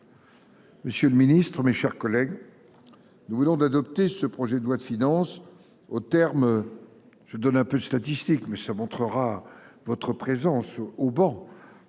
Monsieur le Ministre, mes chers collègues. Nous venons d'adopter ce projet de loi de finances au terme. Je donne un peu statistiques mais ça montrera votre présence au banc.